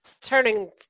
turning